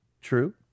True